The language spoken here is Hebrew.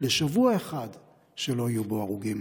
לשבוע אחד שלא יהיו בו הרוגים.